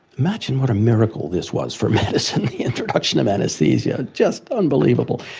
imagine what a miracle this was for medicine, the introduction of anaesthesia, just unbelievable.